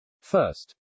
First